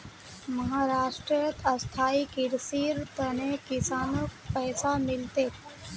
महाराष्ट्रत स्थायी कृषिर त न किसानक पैसा मिल तेक